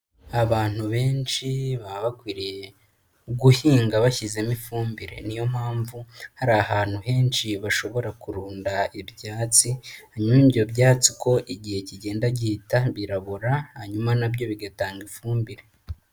Abantu benshi baba bakwiriye guhinga bashyizemo ifumbire niyo mpamvu hari ahantu henshi bashobora kurunda ibyatsi hanyuma ibyo byatsi uko igihe kigenda gihita birabora hanyuma na byo bigatanga ifumbire.